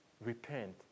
repent